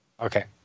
okay